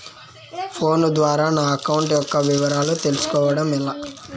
Phone ద్వారా నా account యొక్క వివరాలు తెలుస్కోవడం ఎలా?